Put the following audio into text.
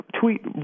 tweet